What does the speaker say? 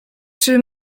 czy